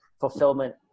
fulfillment